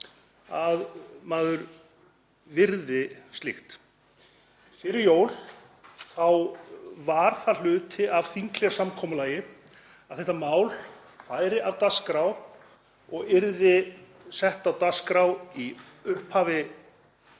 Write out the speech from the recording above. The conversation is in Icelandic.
að maður virði slíkt. Fyrir jól var það hluti af þinghléssamkomulagi að þetta mál færi af dagskrá og yrði sett á dagskrá í upphafi